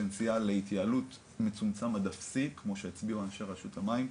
פוטנציאל להתנהלות מצומצם עד אפסי כמו שהצביעו אנשי רשות המים,